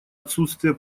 отсутствие